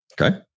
Okay